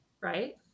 right